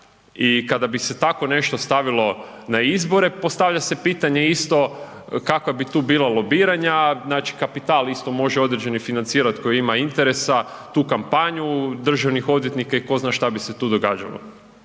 i kada bi se tako nešto stavilo na izbore, postavlja se pitanje isto kakva bi tu bila lobiranja, znači kapital isto može određeni financirat koji ima interesa, tu kampanju državnih odvjetnika i tko zna šta bi se tu događalo.